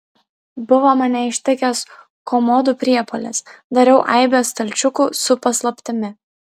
buvo mane ištikęs komodų priepuolis dariau aibę stalčiukų su paslaptimi